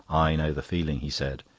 i know the feeling, he said.